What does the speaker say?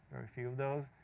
few of those.